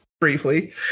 briefly